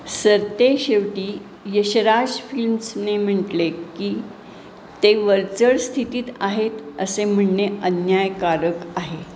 सरतेशेवटी यशराज फिल्म्सने म्हटले की ते वरचढ स्थितीत आहेत असे म्हणणे अन्यायकारक आहे